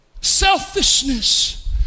selfishness